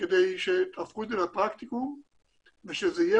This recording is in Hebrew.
כדי שתהפכו את זה לפרקטיקום וכדי שזה יהיה